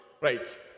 Right